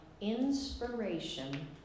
inspiration